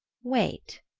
wait,